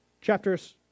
chapters